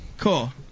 Cool